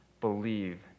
believe